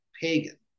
pagan